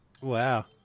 Wow